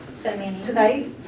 Tonight